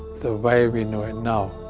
the way we know and now